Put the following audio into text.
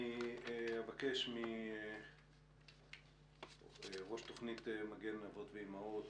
אני אבקש מראש תוכנית "מגן אבות ואימהות",